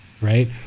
right